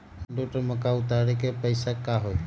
दो टन मक्का उतारे के पैसा का होई?